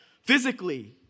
physically